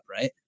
Right